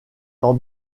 tant